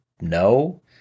no